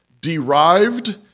derived